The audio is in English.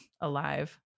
alive